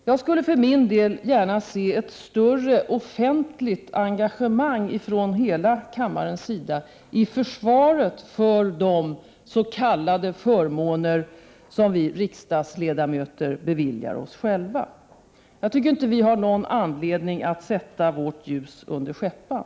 Jag skulle för min del gärna se ett större offentligt engagemang från hela kammarens sida i försvaret av de s.k. förmåner som vi riksdagsledamöter beviljar oss själva. Jag tycker inte att vi har någon anledning att sätta vårt ljus under skäppan.